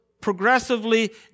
progressively